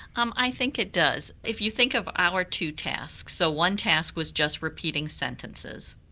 um i think it does. if you think of our two tasks, so one task was just repeating sentences,